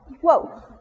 Whoa